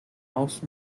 most